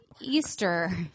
Easter